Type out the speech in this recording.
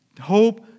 hope